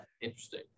interesting